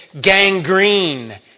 gangrene